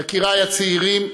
יקירי הצעירים,